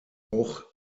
auch